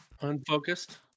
unfocused